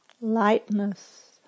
lightness